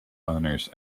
honours